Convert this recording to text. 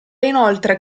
inoltre